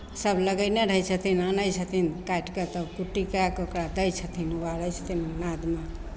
सभ लगयने रहै छथिन अनै छथिन काटि कऽ तब कुट्टी कए कऽ ओकरा दै छथिन लारै छथिन नादिमे